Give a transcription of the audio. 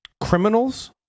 criminals